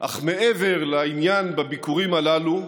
אך מעבר לעניין בביקורים הללו,